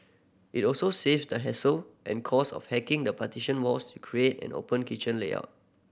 it also saves them the hassle and cost of hacking the partition walls to create an open kitchen layout